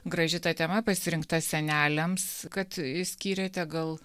graži ta tema pasirinkta seneliams kad išskyrėte gal